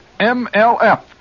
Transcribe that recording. MLF